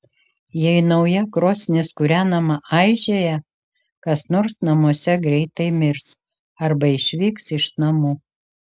jei nauja krosnis kūrenama aižėja kas nors namuose greitai mirs arba išvyks iš namų